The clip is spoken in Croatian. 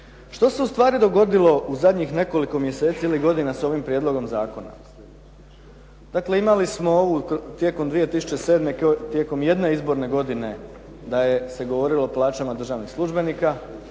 Što se ustvari dogodilo u zadnjih nekoliko mjeseci ili godina s ovim prijedlogom zakona? Dakle, imali smo ovu tijekom 2007. tijekom jedne izborne godine da se govorilo o plaćama državnih službenika,